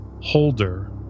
holder